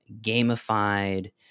gamified